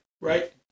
right